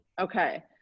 Okay